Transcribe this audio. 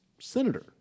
senator